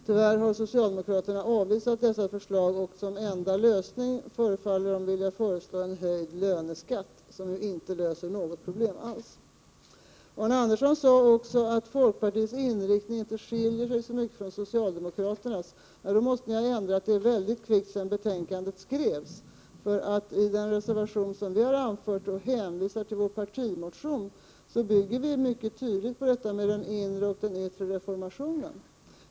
Tyvärr har socialdemokraterna avvisat det förslaget, och som enda lösning förefaller de vilja föreslå en höjd löneskatt, som ju inte löser något problem alls. Arne Andersson sade också att folkpartiets inriktning inte skiljer sig så mycket från socialdemokraternas. Ja, då måste ni ha ändrat er väldigt kvickt sedan betänkandet skrevs. I den reservation där vi hänvisar till vår partimotion bygger vi nämligen mycket tydligt resonemangen på den inre och den yttre reformationen.